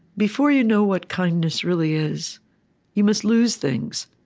before you know what kindness really is you must lose things,